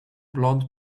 blond